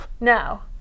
No